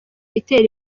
itera